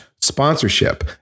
sponsorship